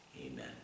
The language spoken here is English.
amen